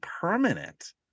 permanent